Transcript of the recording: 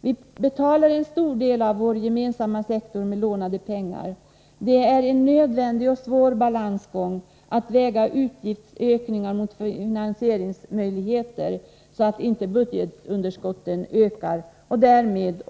Vi betalar en stor del av vår gemensamma sektor med lånade pengar. Det är en nödvändig och svår balansgång att väga utgiftsökningar mot finansieringsmöjligheter, så att inte budgetunderskottet ökar och därmed